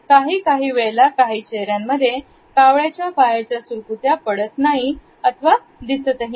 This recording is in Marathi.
काही काही वेळेला काही चेहऱ्यांमध्ये कावळ्याच्या पायाच्या सुरकुत्या पडत नाही अथवा दिसत नाही